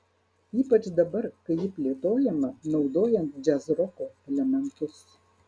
ypač dabar kai ji plėtojama naudojant džiazroko elementus